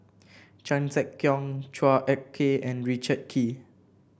Chan Sek Keong Chua Ek Kay and Richard Kee